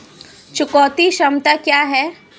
चुकौती क्षमता क्या है?